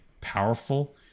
powerful